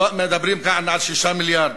מדברים כאן על 6 מיליארד.